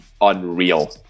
unreal